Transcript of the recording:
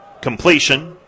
completion